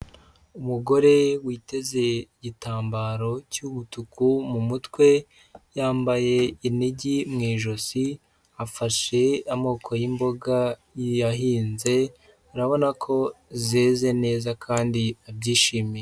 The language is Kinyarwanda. Umugore witeze igitambaro cy'umutuku, mu mutwe yambaye inigi mu ijosi, afashe amoko y'imboga yahinze, urabona ko zeze neza kandi abyishimiye.